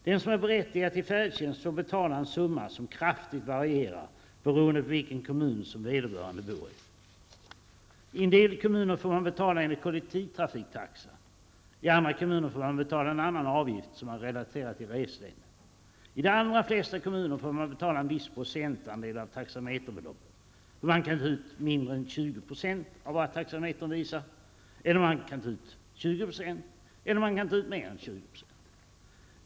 Den som är berättigad till färdtjänst får betala en summa som kraftigt varierar beroende på vilken kommun vederbörande bor i. I en del kommuner får man betala enligt kollektivtrafiktaxan. I andra kommuner får man betala en annan avgift, som är relaterad till reslängden. I de allra flesta kommuner får man betala en viss procentandel av taxameterbeloppet. Man kan nämligen ta ut mindre än 20 % av vad taxametern visar. Men man kan också ta ut 20 % eller mer än 20 %.